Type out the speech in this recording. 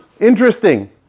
interesting